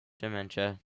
dementia